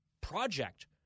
project